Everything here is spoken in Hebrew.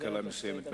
תקלה מסוימת.